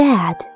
Dad